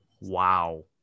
Wow